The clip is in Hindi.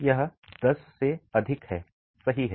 यह 10 से अधिक है सही है